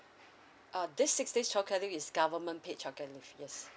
uh this six days childcare leave is government paid childcare leave yes